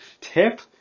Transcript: tip